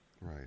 Right